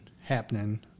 happening